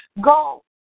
go